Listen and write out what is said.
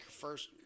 first